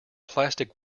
plastic